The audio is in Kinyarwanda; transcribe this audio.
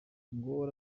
nguwo